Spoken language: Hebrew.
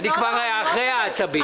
אני כבר אחרי העצבים.